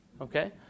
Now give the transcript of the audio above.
Okay